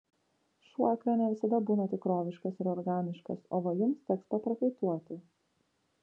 šuo ekrane visada būna tikroviškas ir organiškas o va jums teks paprakaituoti